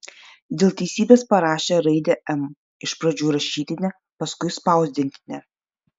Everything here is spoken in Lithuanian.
dėl teisybės parašė raidę m iš pradžių rašytinę paskui spausdintinę